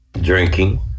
Drinking